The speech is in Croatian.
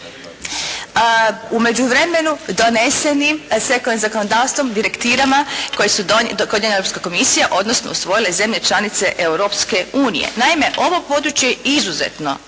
međuvremenu donesenim sekundarnim zakonodavstvom, direktivama koje je donijela Europska komisija odnosno usvojile zemlje članice Europske unije. Naime, ovo područje je izuzetno